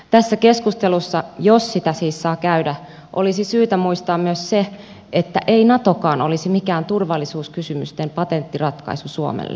tässä keskustelussa jos sitä siis saa käydä olisi syytä muistaa myös se että ei natokaan olisi mikään turvallisuuskysymysten patenttiratkaisu suomelle